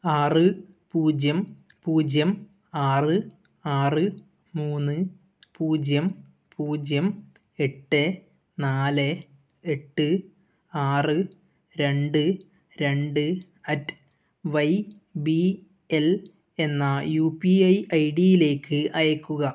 ആറ് പൂജ്യം പൂജ്യം ആറ് ആറ് മൂന്ന് പൂജ്യം പൂജ്യം എട്ട് നാല് എട്ട് ആറ് രണ്ട് രണ്ട് അറ്റ് വൈ ബി എൽ എന്ന യു പി ഐ ഐ ഡിയിലേക്ക് അയയ്ക്കുക